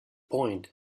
point